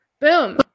Boom